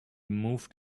moved